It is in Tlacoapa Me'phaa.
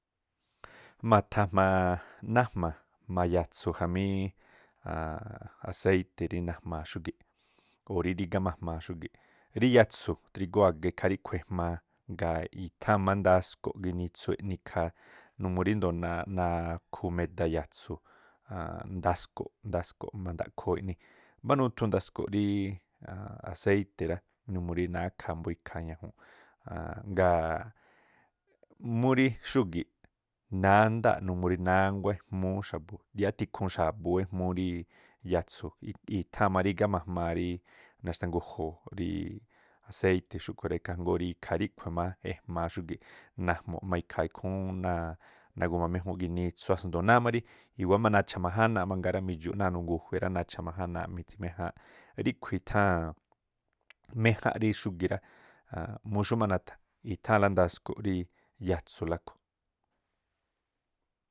Ma̱tha̱ jma̱a nájma̱ jma̱a yaꞌtsú jamí aseíti̱ ri najmaa xúgi̱ꞌ o̱ rí rígá ma̱jmaa xúgi̱ꞌ. Rí yatsu̱ drígóo̱ a̱ga ikha riꞌkhui̱ ejmaa ngaa̱ i̱tháa̱n má ndaꞌko̱ ginitsu eꞌni ikhaa numuu ríndoo̱ naꞌ- nakhu- meda yatsu̱ ndasko̱ꞌ, ndasko̱ꞌ ma̱ndaꞌkhoo eꞌni. Mbá nuthu ndasko̱ꞌ eꞌni rí aseíti̱ numuu rí nákhaa mbóó ikhaa ñajuunꞌ, a̱a̱nꞌ ngaa̱ múrí xúgi̱ nándáa̱ꞌ numuu numuu rí nánguá ejmúú xa̱bu̱ yáá tikhuun xa̱bu̱ ú ejmuu rí yaꞌtsu̱, i̱tháa̱n má rígá ma̱jmaa rí naxtangu̱jo̱o̱ rí aseíti̱ xúꞌkhui̱ rá, ikhaa jngóó rí ikhaa ríꞌkhui̱ má ejmaa xúgi̱ꞌ, najmu̱ꞌ má ikhaa ikhúún náa̱ nagu̱ma méjúúnꞌ ginitsu a̱sndo̱o náá má rí i̱wáá má nacha̱ ma̱jánaaꞌ mangaa rá, mi̱dxu̱ꞌ náa̱̱ nugu̱jue̱ naxha̱ majánaa mitsi̱méjáánꞌ. Ríꞌkhui̱ i̱tháa̱n méjánꞌ rí xúgi̱ rá, aan mú xú má na̱tha̱ i̱tháa̱nla ndasku̱ rí yatsu̱ lá ku.